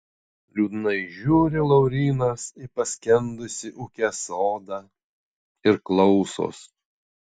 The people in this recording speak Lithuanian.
liūdnai žiūri laurynas į paskendusį ūke sodą ir klausos